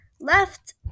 Left